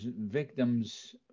victims